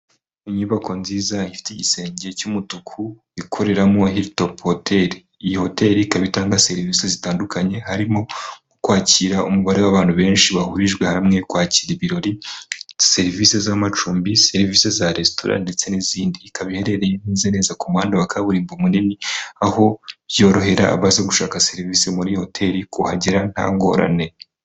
Inyubako nziza ifite igisenge cy'umutuku ikoreramo Hiltop hotel, iyi hotel ikaba itanga serivisi zitandukanye, harimo kwakira umubare w'abantu benshi bahurijwe hamwe, kwakira ibirori, serivisi z'amacumbi, serivisi za resitora ndetse n'izindi, ikaba iherereye neza neza ku muhanda wa kaburimbo munini, aho byorohera abaza gushaka serivisi muri iyi hoteli kuhagera nta ngorane.